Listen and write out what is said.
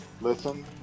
listen